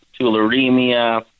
tularemia